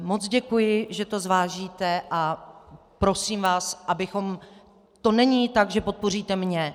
Moc děkuji, že to zvážíte, a prosím vás, abychom to není tak, že podpoříte mě.